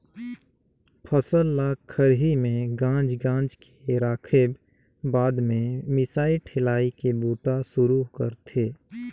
फसल ल खरही में गांज गांज के राखेब बाद में मिसाई ठेलाई के बूता सुरू करथे